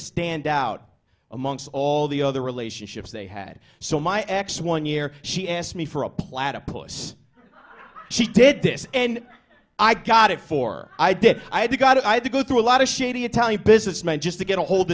stand out amongst all the other relationships they had so my ex one year she asked me for a platypus she did this and i got it for i did i do got it i had to go through a lot of shady italian business men just to get a hold